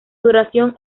duración